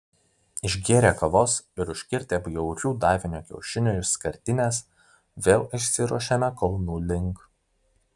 išgėrę kavos ir užkirtę bjaurių davinio kiaušinių iš skardinės vėl išsiruošėme kalnų link